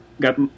got